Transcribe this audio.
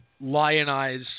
lionize